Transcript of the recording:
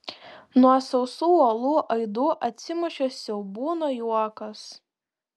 nuo sausų uolų aidu atsimušė siaubūno juokas